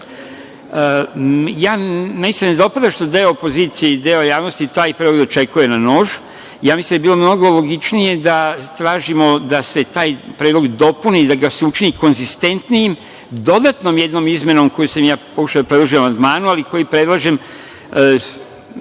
se ne dopada što deo opozicije i deo javnosti taj predlog dočekuje na nož. Ja mislim da je bilo mnogo logičnije da tražimo da se taj predlog dopuni, da se učini konzistentnijim dodatnom jednom izmenom koju sam ja pokušao da predložim amandmanom, ali koju predlažem